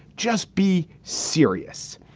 just be serious.